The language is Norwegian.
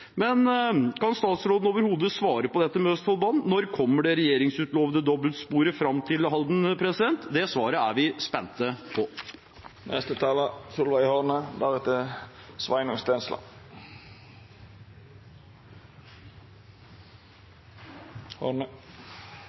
Kan statsråden overhodet svare på dette med Østfoldbanen? Når kommer det regjeringslovede dobbeltsporet fram til Halden? Det svaret er vi